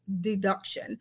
deduction